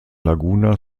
laguna